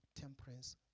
temperance